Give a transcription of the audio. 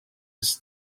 his